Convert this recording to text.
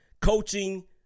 Coaching